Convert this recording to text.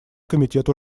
комитет